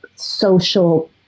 social